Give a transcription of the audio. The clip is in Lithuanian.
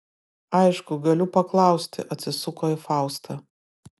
aišku galiu paklausti atsisuko į faustą